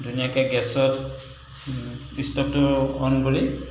ধুনীয়াকৈ গেছত ষ্ট'ভটো অ'ন কৰি